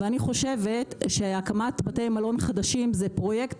ואני חושבת שהקמת בתי מלון חדשים זה פרויקט